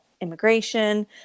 immigration